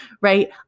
right